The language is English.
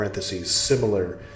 similar